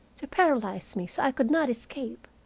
to paralyze me so i could not escape.